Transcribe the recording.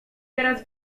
teraz